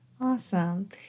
awesome